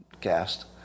cast